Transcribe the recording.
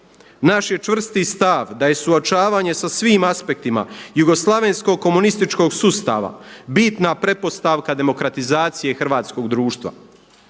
Naš je čvrsti stav da je suočavanje sa svim aspektima jugoslavenskog komunističkog sustava bitna pretpostavka demokratizacije hrvatskog društva.